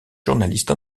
journaliste